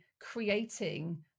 creating